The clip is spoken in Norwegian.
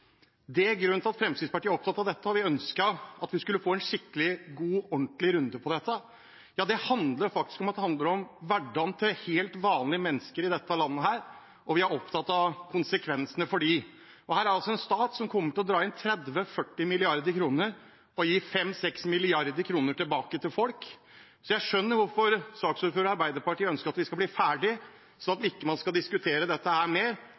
Det er grunnen til at Fremskrittspartiet er opptatt av dette. Vi ønsket å få en skikkelig god og ordentlig runde på dette. Det handler faktisk om hverdagen til helt vanlige mennesker i dette landet, og vi er opptatt av konsekvensene for dem. Her er det altså en stat som kommer til å dra inn 30–40 mrd. kr og gi 5–6 mrd. kr tilbake til folk. Jeg skjønner hvorfor saksordføreren og Arbeiderpartiet ønsker at vi skal bli ferdig, at man ikke skal diskutere dette her mer,